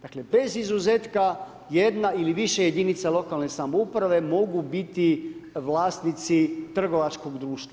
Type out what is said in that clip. Dakle bez izuzetka, jedna ili više jedinica lokalne samouprave, mogu biti vlasnici trgovačkog društva.